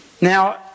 Now